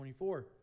24